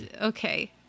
Okay